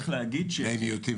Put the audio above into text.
בני מיעוטים